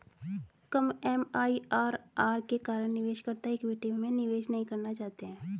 कम MIRR के कारण निवेशकर्ता इक्विटी में निवेश नहीं करना चाहते हैं